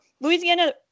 louisiana